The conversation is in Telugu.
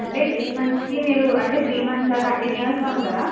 అంటే త్రీ మంత్స్కి మీరు అంటే త్రీ మంత్స్ కంటిన్యస్గా ఉంటారా